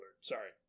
sorry